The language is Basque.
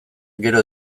gero